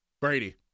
Brady